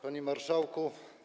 Panie Marszałku!